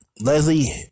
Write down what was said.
Leslie